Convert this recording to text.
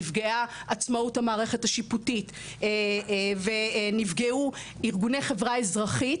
נפגעה עצמאות המערכת השיפוטית ונפגעו ארגוני החברה האזרחית,